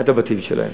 מבחינת הבתים שלהם,